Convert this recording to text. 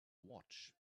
watch